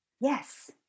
Yes